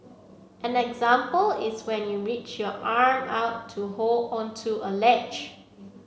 an example is when you reach your arm out to hold onto a ledge